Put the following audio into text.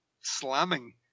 slamming